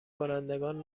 کنندگان